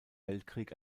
weltkrieg